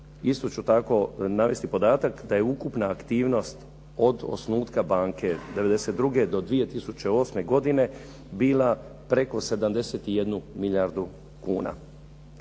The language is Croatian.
Isto ću tako navesti podatak da je ukupna aktivnost od osnutka banke '92. do 2008. godine bila preko 71 milijardu kuna.